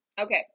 okay